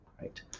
right